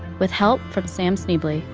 with help from sam schneble.